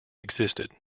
existed